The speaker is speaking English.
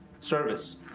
service